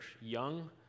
young